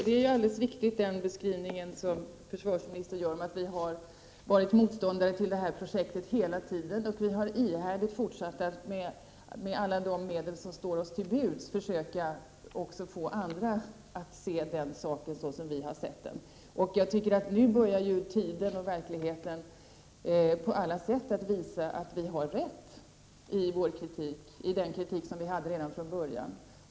Herr talman! Den beskrivning som försvarsministern gör är alldeles riktig. Vi har varit motståndare till det här projektet hela tiden. Vi har ihärdigt fortsatt att med alla de medel som står oss till buds försöka få också andra att se saken så som vi har sett den. Jag tycker att tiden och verkligheten nu på alla sätt börjar visa att vi har rätt i den kritik som vi framförde redan från början.